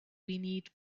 need